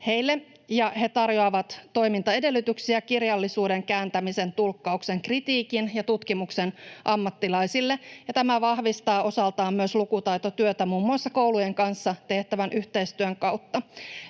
he tarjoavat toimintaedellytyksiä kirjallisuuden, kääntämisen, tulkkauksen, kritiikin ja tutkimuksen ammattilaisille, ja tämä vahvistaa osaltaan myös lukutaitotyötä muun muassa koulujen kanssa tehtävän yhteistyön kautta.